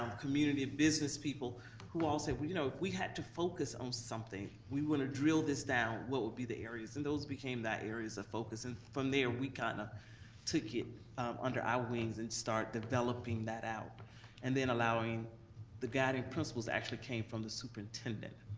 um community, business people who all said, you know if we had to focus on something, we wanna drill this down, what would be the areas, and those became our areas of focus, and from there we kind of took it under our wings and start developing that out and then allowing the guiding principles actually came from the superintendent.